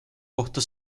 kohta